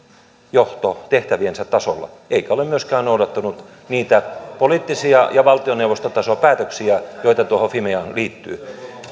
johto tehtäviensä tasolla eikä ole myöskään noudattanut niitä poliittisia ja valtioneuvostotason päätöksiä joita tuohon fimeaan liittyy